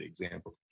example